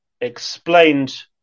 explained